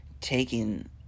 taking